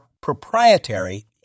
proprietary